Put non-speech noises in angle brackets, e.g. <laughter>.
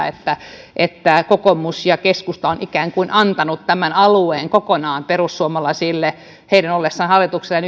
<unintelligible> että että kokoomus ja keskusta ovat ikään kuin antaneet tämän alueen kokonaan perussuomalaisille heidän ollessaan hallituksessa ja <unintelligible>